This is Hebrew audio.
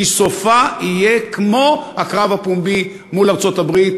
כי סופה יהיה כמו הקרב הפומבי מול ארצות-הברית,